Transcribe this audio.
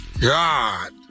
God